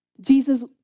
Jesus